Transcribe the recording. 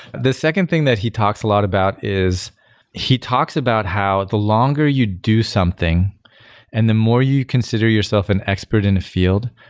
the second thing that he talks a lot about is he talks about how the longer you do something and the more you consider yourself an expert in a field,